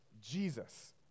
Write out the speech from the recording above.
Jesus